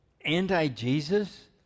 anti-Jesus